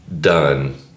done